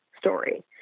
story